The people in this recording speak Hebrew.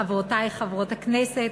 חברותי חברות הכנסת,